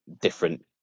different